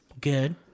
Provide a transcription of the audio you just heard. Good